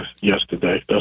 yesterday